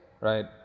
right